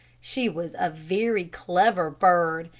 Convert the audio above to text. she was a very clever bird,